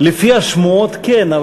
לפי השמועות כן,